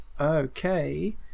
okay